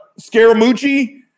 Scaramucci